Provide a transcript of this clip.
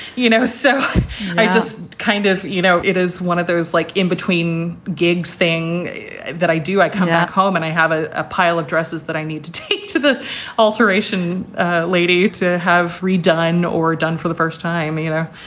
you know, so i just kind of you know, it is one of those like in between gigs thing that i do, i come back home and i have ah a pile of dresses that i need to take to the alt. ah lady to have redone or done for the first time either.